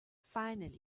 finally